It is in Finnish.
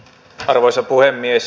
arvoisa puhemies